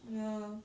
ya